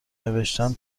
نوشتن